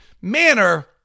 manner